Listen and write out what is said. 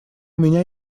меня